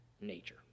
nature